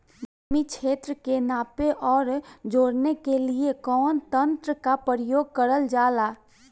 भूमि क्षेत्र के नापे आउर जोड़ने के लिए कवन तंत्र का प्रयोग करल जा ला?